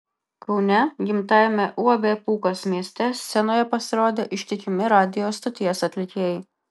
kaune gimtajame uab pūkas mieste scenoje pasirodė ištikimi radijo stoties atlikėjai